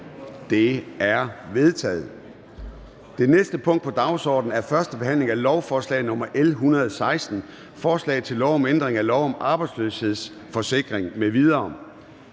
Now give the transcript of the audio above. Det er vedtaget. --- Det næste punkt på dagsordenen er: 13) 1. behandling af lovforslag nr. L 119: Forslag til lov om ændring af lov om forsøg med et